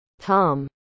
Tom